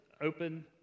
open